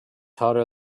hotter